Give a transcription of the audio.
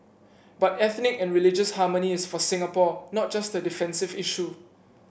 but ethnic and religious harmony is for Singapore not just a defensive issue